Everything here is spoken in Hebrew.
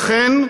אכן,